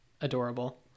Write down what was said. adorable